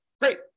Great